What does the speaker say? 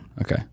Okay